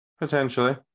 Potentially